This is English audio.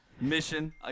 Mission